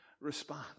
response